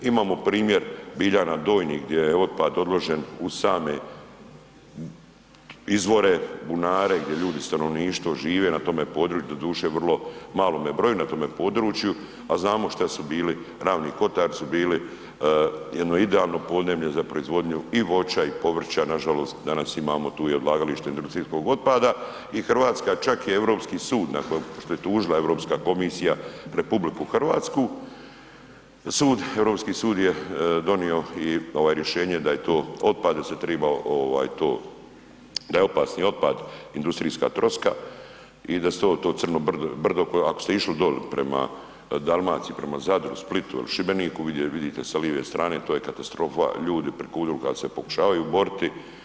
Imamo primjer Biljana Donjih gdje je otpad odložen uz same izvore, bunare, gdje ljudi, stanovništvo žive na tome području, doduše vrlo malome broju na tome području, a znamo šta su bili, Ravni Kotari su bili jedno idealno podneblje za proizvodnju i voća i povrća, nažalost danas imamo tu i odlagalište industrijskog otpada i RH, čak i Europski sud nakon što je tužila Europska komisija RH, sud, Europski sud je donio i ova rješenje da je to otpad, da se triba ovaj to, da je opasni otpad industrijska troska i da se to, to crno brdo, ako ste išli doli prema Dalmaciji, prema Zadru, Splitu il Šibeniku vidite sa live strane to je katastrofa, ljudi preko unuka se pokušavaju boriti.